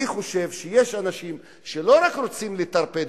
אני חושב שיש אנשים שלא רוצים רק לטרפד